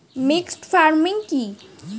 Mixed farming কি?